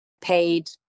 paid